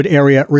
area